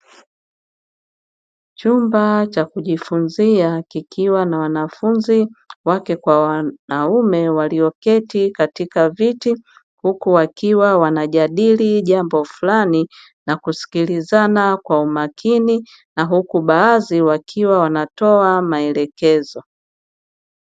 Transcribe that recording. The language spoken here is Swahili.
Chumba cha kuifunzia kikiwa na wanafunzi wake kwa wanaume walioketi katika viti huku wakiwa wanajadili jambo fulani na kusikilizana kwa umakini na huku baadhi wakiwa wanatoa maelekezo.